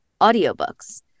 audiobooks